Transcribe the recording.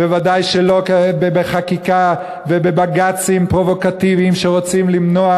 וודאי שלא בחקיקה ובבג"צים פרובוקטיביים שרוצים למנוע